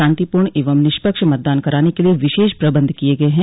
शांतिपूर्ण एवं निष्पक्ष मतदान कराने के लिये विशेष प्रबंध किये गये हैं